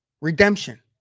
Redemption